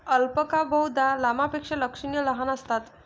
alpaca बहुधा लामापेक्षा लक्षणीय लहान असतात